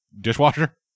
dishwasher